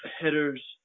hitters